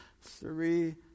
three